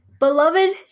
Beloved